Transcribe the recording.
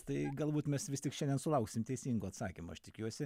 tai galbūt mes vis tik šiandien sulauksim teisingo atsakymo aš tikiuosi